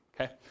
okay